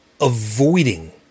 avoiding